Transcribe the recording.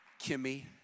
Kimmy